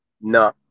No